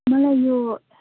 मलाई यो